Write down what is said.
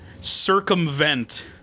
circumvent